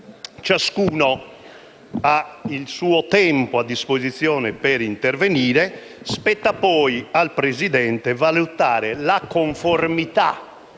ciascuno ha il suo tempo a disposizione per intervenire e che spetta poi al Presidente valutare la conformità